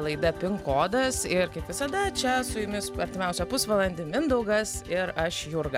laida pin kodas ir kaip visada čia su jumis artimiausią pusvalandį mindaugas ir aš jurga